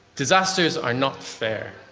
disasters are not fair.